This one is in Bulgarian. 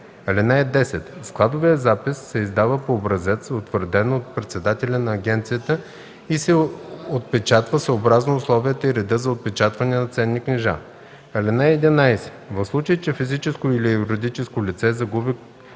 кредит. (10) Складовият запис се издава по образец, утвърден от председателя на агенцията, и се отпечатва съобразно условията и реда за отпечатване на ценни книжа. (11) В случай че физическо или юридическо лице загуби